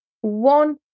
one